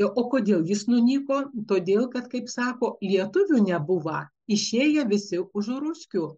o kodėl jis nunyko todėl kad kaip sako lietuvių nebuvo išėję visi už ruskių